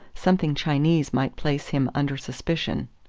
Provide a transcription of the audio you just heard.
something chinese might place him under suspicion.